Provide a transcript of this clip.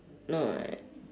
no right